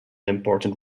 important